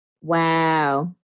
Wow